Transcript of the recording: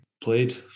played